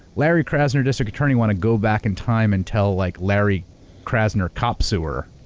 larry krasner, district attorney, want to go back in time and tell like larry krasner cop suer?